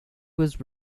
was